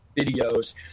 videos